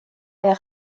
est